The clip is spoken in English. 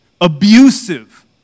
abusive